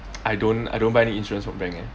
I don't I don't buy any insurance from bank leh